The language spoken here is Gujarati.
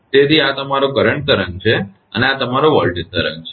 તેથી આ તમારો કરંટ તરંગ છે અને આ તમારો વોલ્ટેજ તરંગ છે